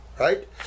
Right